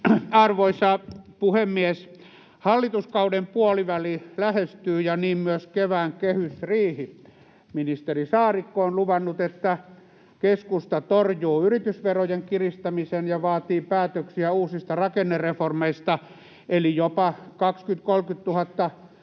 Arvoisa puhemies! Hallituskauden puoliväli lähestyy ja niin myös kevään kehysriihi. Ministeri Saarikko on luvannut, että keskusta torjuu yritysverojen kiristämisen ja vaatii päätöksiä uusista rakennereformeista, eli jopa 20 000—30 000